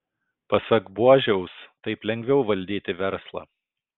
pasak buožiaus taip lengviau valdyti verslą